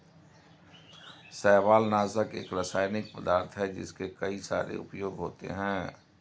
शैवालनाशक एक रासायनिक पदार्थ है जिसके कई सारे उपयोग होते हैं